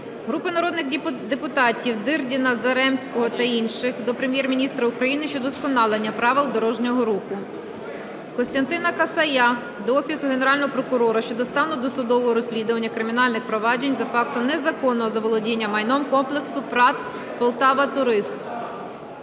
Групи народних депутатів (Дирдіна, Заремського та інших) до Прем'єр-міністра України щодо удосконалення правил дорожнього руху. Костянтина Касая до Офісу Генерального прокурора щодо стану досудового розслідування кримінальних проваджень за фактом незаконного заволодіння майнового комплексу ПрАТ "Полтаватурист".